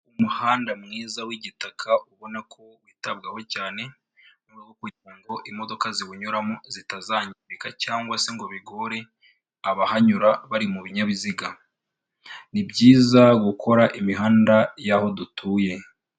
Umuhanda mwiza w'igitaka ubona ko witabwaho cyane, mu rwego rwo kugira ngo imodoka ziwunyuramo zitazangirika cyangwa se ngo bigore abahanyura bari mu binyabiziga, ni byiza gukora imihanda y'aho dutuye.